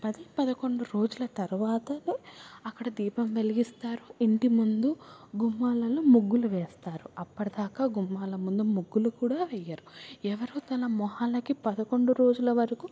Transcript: పది పదకుండు రోజులు తర్వాతనే అక్కడ దీపం వెలిగిస్తారు ఇంటి ముందు గుమ్మాలలో ముగ్గులు వేస్తారు అప్పటిదాకా గుమ్మాల ముందు ముగ్గులు కూడా వెయ్యరు ఎవరు తన మొహాలకి పదకుండు రోజులు వరకు